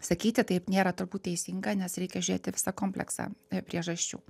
sakyti taip nėra turbūt teisinga nes reikia žiūrėti visą kompleksą priežasčių